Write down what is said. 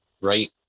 Right